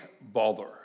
bother